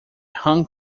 hong